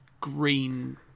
Green